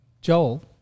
Joel